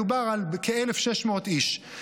מדובר על כ-1,600 איש.